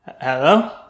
Hello